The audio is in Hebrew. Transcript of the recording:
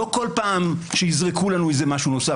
לא בכל פעם שיזרקו לנו משהו נוסף.